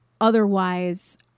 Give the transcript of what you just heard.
otherwise